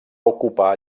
ocupar